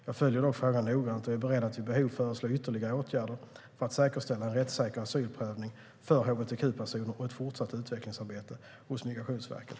Jag följer dock frågan noggrant och är beredd att vid behov föreslå ytterligare åtgärder för att säkerställa en rättssäker asylprövning för hbtq-personer och ett fortsatt utvecklingsarbete på området hos Migrationsverket.